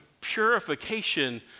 purification